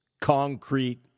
concrete